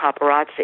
paparazzi